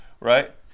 right